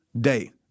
day